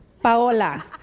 Paola